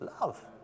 Love